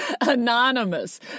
anonymous